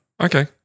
Okay